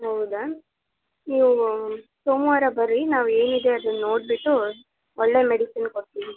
ಹೌದಾ ನೀವು ಸೋಮವಾರ ಬನ್ರಿ ನಾವು ಏನು ಇದೆ ಅದನ್ನ ನೋಡಿಬಿಟ್ಟು ಒಳ್ಳೆಯ ಮೆಡಿಸಿನ್ ಕೊಡ್ತೀವಿ